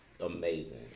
amazing